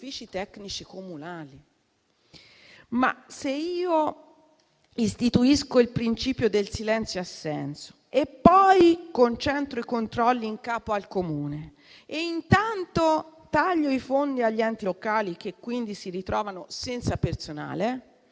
Ma se io istituisco il principio del silenzio assenso e poi concentro i controlli in capo al Comune, e intanto taglio i fondi agli enti locali, che quindi si ritrovano senza personale,